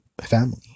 family